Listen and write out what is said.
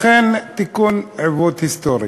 אכן, תיקון עיוות היסטורי.